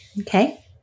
Okay